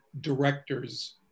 director's